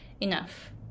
enough